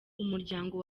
umuryango